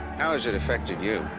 how has it affected you?